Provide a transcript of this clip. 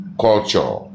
culture